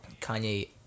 Kanye